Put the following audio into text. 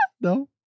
No